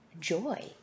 joy